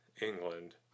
England